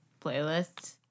playlists